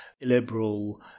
liberal